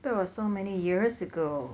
there was so many years ago